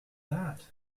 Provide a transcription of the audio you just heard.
that